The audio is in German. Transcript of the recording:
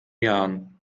jahren